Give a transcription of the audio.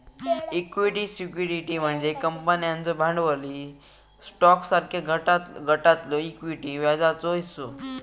equity security म्हणजे कंपन्यांचो भांडवली स्टॉकसारख्या घटकातलो इक्विटी व्याजाचो हिस्सो